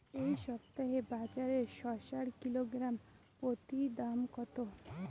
এই সপ্তাহে বাজারে শসার কিলোগ্রাম প্রতি দাম কত?